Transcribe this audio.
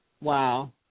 Wow